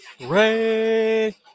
Ray